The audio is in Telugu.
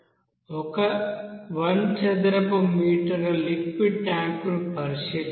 1 చదరపు మీటర్ల లిక్విడ్ ట్యాంకును పరిశీలిద్దాం